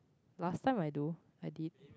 last time I do I did